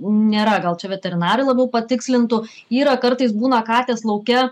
nėra gal čia veterinarai labiau patikslintų yra kartais būna katės lauke